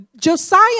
Josiah